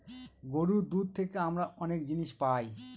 গরুর দুধ থেকে আমরা অনেক জিনিস পায়